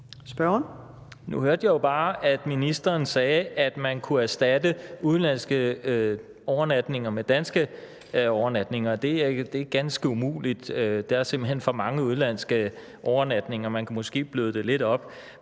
Nu hørte jeg jo bare, at ministeren sagde, at man kunne erstatte udenlandske overnatninger med danske overnatninger. Det er ganske umuligt. Der er simpelt hen for mange udenlandske overnatninger. Man kunne måske bløde det lidt op.